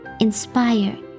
inspire